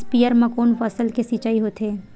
स्पीयर म कोन फसल के सिंचाई होथे?